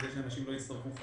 וכדי שאנשים לא יצטרכו לנסוע,